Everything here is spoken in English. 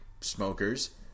smokers